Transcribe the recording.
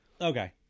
Okay